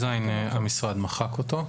המשרד מחק אותו.